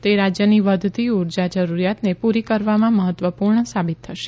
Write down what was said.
તે રાજયની વધતી ઉર્જા જરૂરીયાતને પુરી કરવામાં મહત્વપુર્ણ સાબિત થશે